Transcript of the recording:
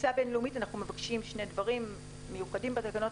בטיסה בינלאומית אנחנו מבקשים שני דברים מיוחדים בתקנות